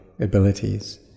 abilities